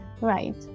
right